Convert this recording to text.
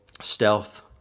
stealth